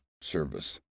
service